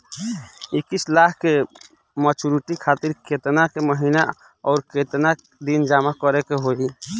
इक्कीस लाख के मचुरिती खातिर केतना के महीना आउरकेतना दिन जमा करे के होई?